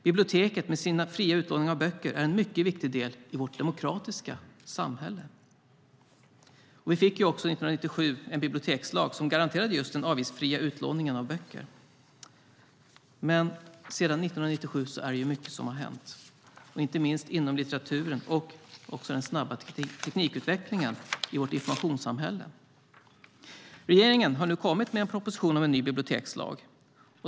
Biblioteket med sin fria utlåning av böcker är en mycket viktig del i vårt demokratiska samhälle. År 1997 fick vi också en bibliotekslag som garanterade just den avgiftsfria utlåningen av böcker. Sedan 1997 är det dock mycket som har hänt, inte minst inom litteraturen och den snabba teknikutvecklingen i vårt informationssamhälle. Regeringen har nu kommit med en proposition om en ny bibliotekslag.